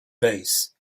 base